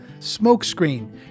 Smokescreen